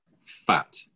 Fat